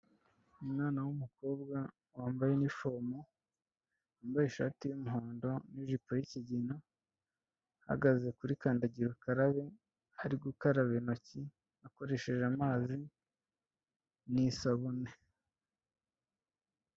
Umwana w'umukobwa wambaye inifomo, wambaye ishati y'umuhondo n'ijipo y'ikigina, ahagaze kuri kandagira ukarabe, aho ari gukaraba intoki akoresheje amazi n'isabune.